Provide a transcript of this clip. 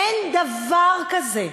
אין דבר כזה.